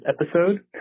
episode